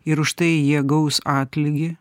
ir už tai jie gaus atlygį